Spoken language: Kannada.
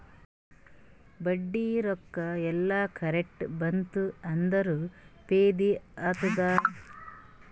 ಬಡ್ಡಿ ರೊಕ್ಕಾ ಎಲ್ಲಾ ಕರೆಕ್ಟ್ ಬಂತ್ ಅಂದುರ್ ಫೈದಾ ಆತ್ತುದ್